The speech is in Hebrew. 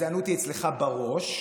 הגזענות היא אצלך בראש,